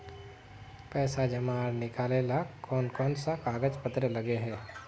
पैसा जमा आर निकाले ला कोन कोन सा कागज पत्र लगे है?